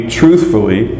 truthfully